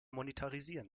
monetarisieren